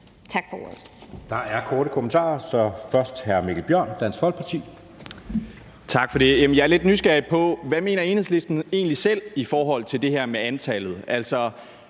Tak for det. Jeg er lidt nysgerrig på, hvad Enhedslisten egentlig selv mener i forhold til det her med antallet.